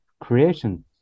creation